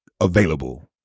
available